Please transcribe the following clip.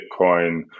Bitcoin